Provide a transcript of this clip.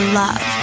love